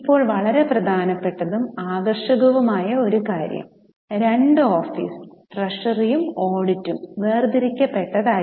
ഇപ്പോൾ വളരെ പ്രധാനപ്പെട്ടതും ആകർഷകവുമായ ഒരു കാര്യം രണ്ട് ഓഫീസ് ട്രഷറിയും ഓഡിറ്റും വേർതിരിക്കപ്പെട്ടതായിരുന്നു